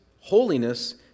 holiness